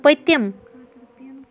پٔتِم